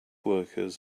workers